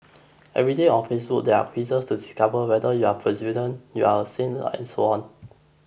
every day on Facebook there are quizzes to discover whether you are you are a saint and so on